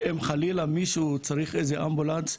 אם חלילה מישהו צריך איזה אמבולנס,